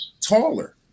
taller